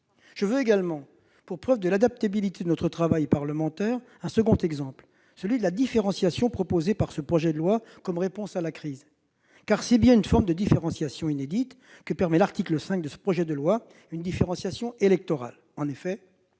Un second exemple illustre l'adaptabilité de notre travail parlementaire : la différenciation proposée par ce projet de loi comme réponse à la crise. C'est bien une forme de différenciation inédite que permet l'article 5 de ce projet de loi : une différenciation électorale. En effet,